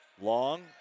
Long